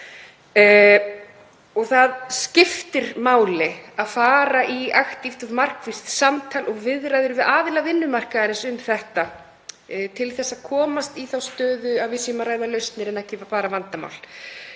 á. Það skiptir máli að fara í aktíft og markvisst samtal og viðræður við aðila vinnumarkaðarins um þetta til að komast í þá stöðu að við séum að ræða lausnir en ekki bara vandamál.